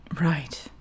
Right